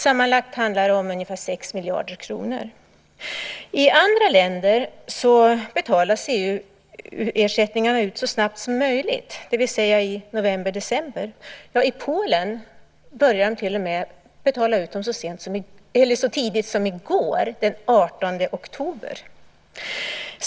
Sammanlagt handlar det om ungefär 6 miljarder kronor. I andra EU-länder betalas EU-ersättningarna ut så snabbt som möjligt, det vill säga i november-december. I Polen började man betala ut dem så tidigt som i går, den 18 oktober.